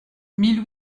mille